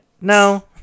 no